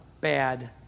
bad